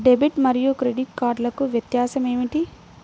Debit మరియు credit కార్డ్లకు వ్యత్యాసమేమిటీ?